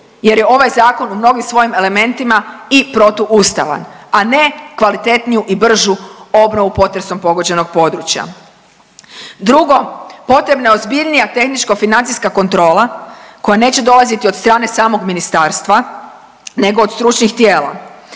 jer je ovaj zakon u mnogim svojim elementima i protuustavan, a ne kvalitetniju i bržu obnovu potresom pogođenog područja. Drugo, potrebna je ozbiljnija tehničko financijska kontrola koja neće dolaziti od strane samog ministarstva nego od stručnih tijela.